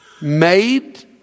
made